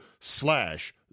slash